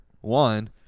one